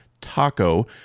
TACO